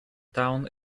town